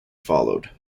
followed